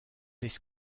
this